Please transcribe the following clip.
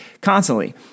constantly